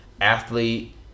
athlete